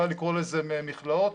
קל לקרוא לזה מכלאות,